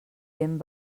gent